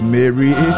Mary